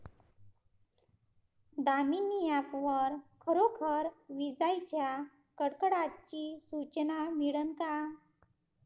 Damini app वर खरोखर विजाइच्या कडकडाटाची सूचना मिळन का?